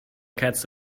cats